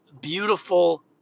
beautiful